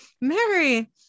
Mary